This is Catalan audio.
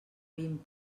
vint